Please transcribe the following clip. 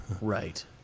Right